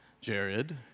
Jared